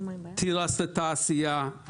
תירס לתעשייה,